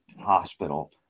hospital